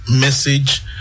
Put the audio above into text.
message